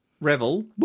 Revel